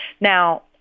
Now